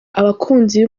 abakunzi